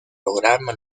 programa